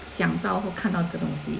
想到或看到这个东西